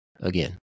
again